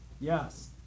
Yes